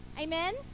Amen